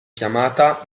chiamata